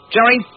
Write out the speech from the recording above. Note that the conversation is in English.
Jerry